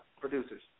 producers